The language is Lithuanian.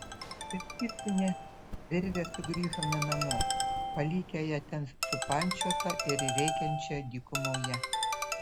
pritvirtinę virvę sugrįžome namo palikę ją ten supančiotą ir rėkiančią dykumoje